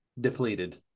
depleted